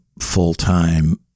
full-time